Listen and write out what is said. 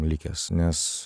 likęs nes